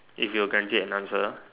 if you can't see an answer